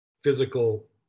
physical